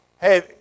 Hey